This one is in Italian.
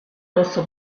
rosso